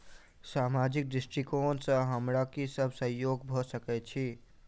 सामाजिक दृष्टिकोण सँ हमरा की सब सहयोग भऽ सकैत अछि?